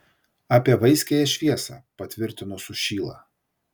apie vaiskiąją šviesą patvirtino sušyla